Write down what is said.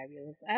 fabulous